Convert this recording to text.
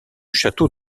château